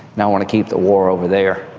now on keep the war over there.